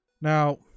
Now